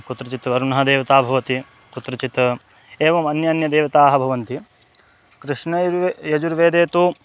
कुत्रचित् वरुणः देवता भवति कुत्रचित् एवम् अन्ये अन्यदेवताः भवन्ति कृष्णयजुर्वेदे यजुर्वेदे तु